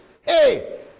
Hey